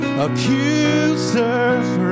Accusers